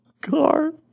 Car